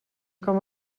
com